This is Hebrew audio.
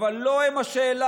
אבל לא הם השאלה.